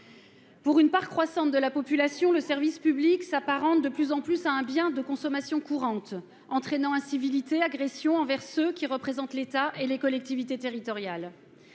Pour une part croissante de la population, le service public s'apparente de plus en plus à un bien de consommation courante, ce qui entraîne incivilités et agressions envers les représentants de l'État et des collectivités territoriales.